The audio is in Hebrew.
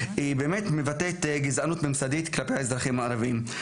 היא באמת מבטאת גזענות ממסדית כלפי האזרחים הערביים.